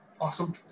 awesome